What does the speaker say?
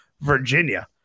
Virginia